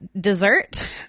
dessert